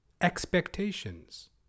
Expectations